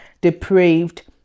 depraved